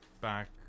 Back